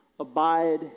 Abide